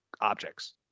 objects